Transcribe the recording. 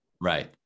Right